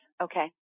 Okay